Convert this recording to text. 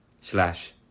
slash